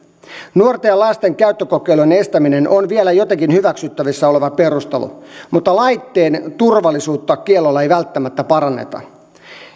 nuorten ja lasten käyttökokeilujen estäminen on vielä jotenkin hyväksyttävissä oleva perustelu mutta laitteen turvallisuutta kiellolla ei välttämättä paranneta